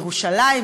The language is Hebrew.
ירושלים,